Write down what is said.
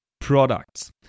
products